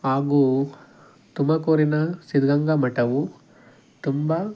ಹಾಗೂ ತುಮಕೂರಿನ ಸಿದ್ಧಗಂಗಾ ಮಠವು ತುಂಬ